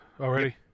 already